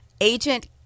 agent